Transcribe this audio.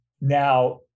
Now